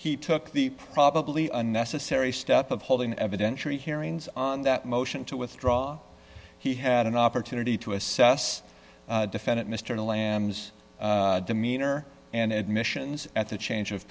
he took the probably unnecessary step of holding evidentiary hearings on that motion to withdraw he had an opportunity to assess defendant mr lamb's demeanor and admissions at the change of